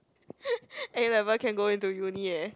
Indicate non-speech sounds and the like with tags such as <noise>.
<laughs> A-Level can go into uni eh